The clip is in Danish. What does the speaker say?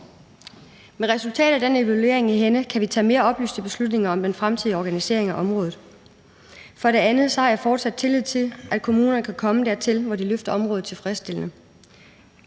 Med resultatet af den evaluering i hænde kan vi tage mere oplyste beslutninger om den fremtidige organisering af området. For det andet har jeg fortsat tillid til, at kommunerne kan komme dertil, hvor de løfter området tilfredsstillende.